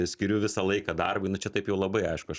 skiriu visą laiką darbui nu čia taip jau labai aišku aš